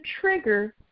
trigger